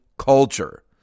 culture